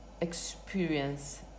experience